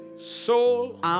soul